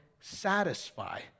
satisfy